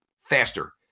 faster